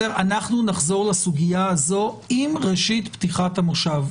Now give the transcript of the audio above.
אנחנו נחזור לסוגיה הזו עם ראשית פתיחת המושב,